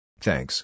Thanks